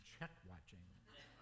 check-watching